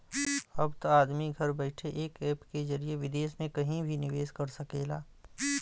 अब त आदमी घर बइठे एक ऐप के जरिए विदेस मे कहिं भी निवेस कर सकेला